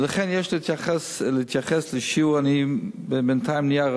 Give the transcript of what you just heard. ולכן יש להתייחס לשיעור, אני בינתיים נהיה,